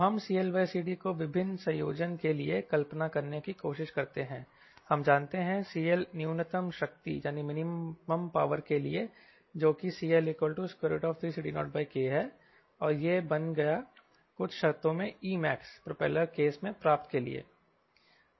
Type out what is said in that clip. तो हम CLCD को विभिन्न संयोजन के लिए कल्पना करने की कोशिश करते हैं हम जानते हैं CL न्यूनतम शक्ति के लिए जो कि CL3CD0K है और यह बन गया कुछ शर्तों में Emax प्रोपेलर केस में प्राप्त के लिए